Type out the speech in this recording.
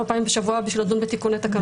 ארבע פעמים בשבוע כדי לדון בתיקוני תקנות.